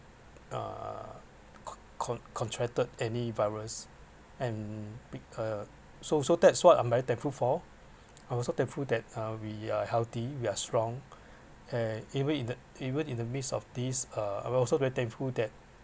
uh con~ con~ contracted any virus and uh so so that what’s I’m very thankful for I also thankful that uh we are healthy we are strong and even in the even in the midst of this uh I also very thankful that